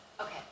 Okay